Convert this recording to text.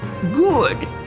Good